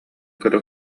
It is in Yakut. көрө